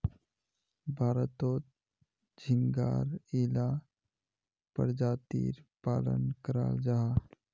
भारतोत झिंगार इला परजातीर पालन कराल जाहा